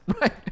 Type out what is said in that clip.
Right